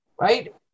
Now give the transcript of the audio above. right